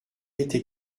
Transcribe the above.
été